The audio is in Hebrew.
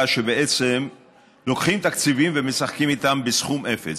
שבעצם לוקחים תקציבים ומשחקים איתם בסכום אפס.